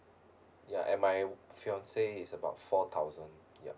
ya and my fiance is about four thousand yup